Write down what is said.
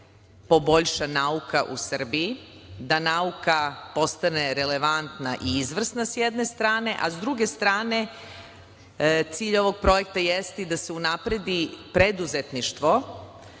poboljša nauka u Srbiji, da nauka postane relevantna i izvrsna, s jedne strane, a s druge strane cilj ovog projekta jeste i da se unapredi preduzetništvo